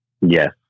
Yes